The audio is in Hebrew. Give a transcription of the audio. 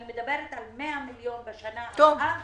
אני מדברת על 100 מיליון בשנה הבאה